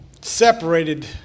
separated